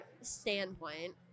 standpoint